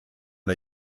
der